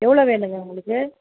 எவ்வளோ வேணுங்க உங்களுக்கு